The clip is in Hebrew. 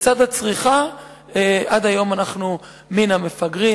בצד הצריכה עד היום אנחנו מן המפגרים.